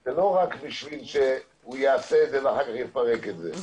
זה לא רק בשביל שהוא יעשה את זה ואחר כך יפרק את זה.